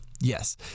Yes